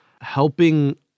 helping